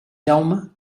jaume